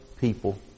People